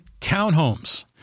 townhomes